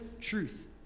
truth